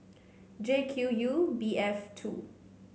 J Q U B F two